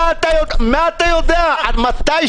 כן, נמצאים איתנו בזום.